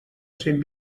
cent